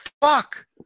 fuck